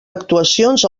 actuacions